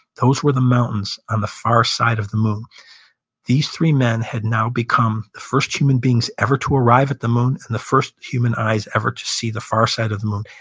those were the mountains on the far side of the moon these three men had now become the first human beings ever to arrive at the moon, and the first human eyes ever to see the far side of the moon.